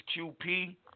QP